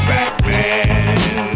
Batman